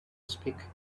speak